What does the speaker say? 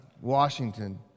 Washington